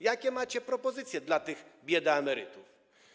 Jakie macie propozycje dla tych biedaemerytów?